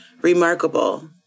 Remarkable